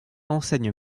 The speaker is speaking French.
enseigne